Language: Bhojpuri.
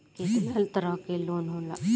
केतना तरह के लोन होला?